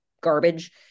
garbage